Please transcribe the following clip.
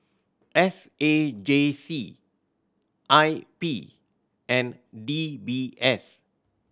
S A J C I P and D B S